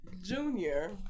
Junior